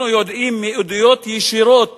אנחנו יודעים מעדויות ישירות